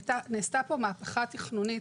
נעשתה פה מהפכה תכנונית,